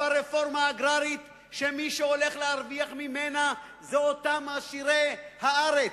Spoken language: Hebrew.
אבל רפורמה אגררית שמי שהולך להרוויח ממנה הם אותם עשירי הארץ,